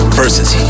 versus